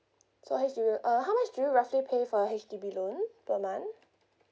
so H_D_B uh how much do you roughly pay for your H_D_B loan per month